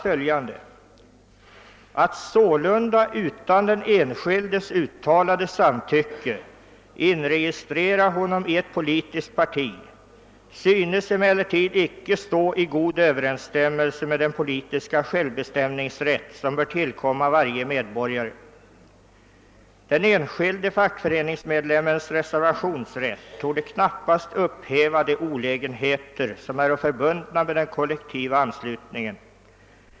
följande: »Att sålunda utan den enskildes uttalade samtycke inregistrera honom i ett politiskt parti synes emellertid icke stå i god överensstämmelse med den politiska självbestämningsrätt som bör tillkomma varje medborgare, Den enskil de fackföreningsmedlemmens reservationsrätt torde knappast upphäva de olägenheter som äro förbundna med den kollektiva anslutningen.